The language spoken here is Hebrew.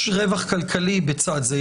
ויש רווח כלכלי לצד זה.